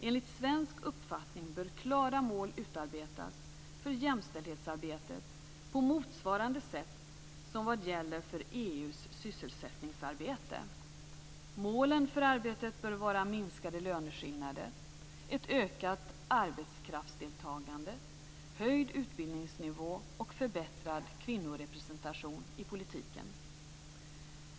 Enligt svensk uppfattning bör klara mål utarbetas för jämställdhetsarbetet, på motsvarande sätt som vad gäller för EU:s sysselsättningsarbete. Målen för arbetet bör vara minskande löneskillnader, ett ökat arbetskraftsdeltagande, höjda utbildningsnivåer och förbättrad kvinnorepresentation i politiken.